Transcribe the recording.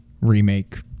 remake